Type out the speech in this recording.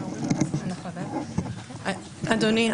אדוני,